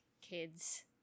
Kids